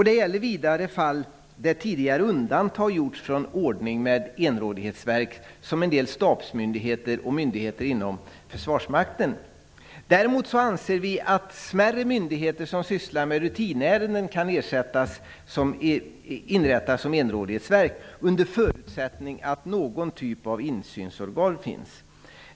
Det gäller vidare fall där tidigare undantag gjorts från ordningen med enrådighetsverk, som en del stabsmyndigheter och myndigheter inom försvarsmakten. Däremot anser vi att smärre myndigheter som sysslar med rutinärenden kan inrättas som enrådighetsverk, under förutsättning att någon typ av insynsorgan finns.